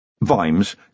Vimes